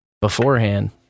beforehand